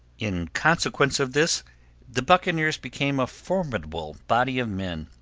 in consequence of this the buccaneers became a formidable body of men,